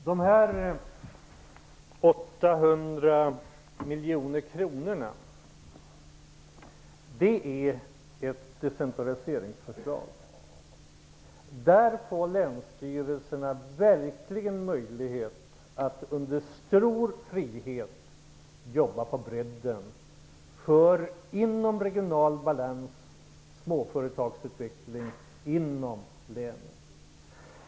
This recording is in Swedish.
Fru talman! Förslaget om dessa 800 miljoner kronor är ett decentraliseringsförslag. Det innebär att länsstyrelserna verkligen får möjlighet att under stor frihet jobba för en regional balans och en småföretagsutveckling inom länen.